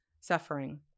suffering